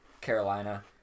Carolina